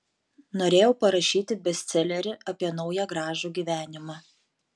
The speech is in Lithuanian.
norėjau parašyti bestselerį apie naują gražų gyvenimą